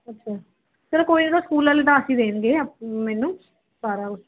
ਅੱਛਾ ਚਲ ਕੋਈ ਨਾ ਉਹ ਤਾਂ ਸਕੂਲ ਵਾਲੇ ਦਸ ਹੀ ਦੇਣਗੇ ਮੈਨੂੰ ਸਾਰਾ